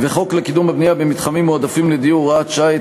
וחוק לקידום הבנייה במתחמים מועדפים לדיור (הוראת שעה),